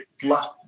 fluff